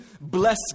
bless